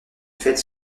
faite